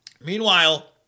Meanwhile